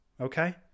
Okay